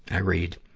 i read.